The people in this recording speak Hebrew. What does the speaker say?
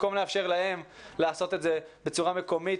במקום לאפשר להם לעשות את זה בצורה מקומית,